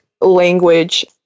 language